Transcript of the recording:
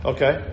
Okay